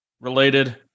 related